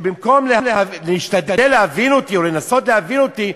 במקום להשתדל להבין אותי או לנסות להבין אותי,